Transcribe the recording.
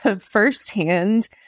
firsthand